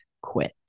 Quit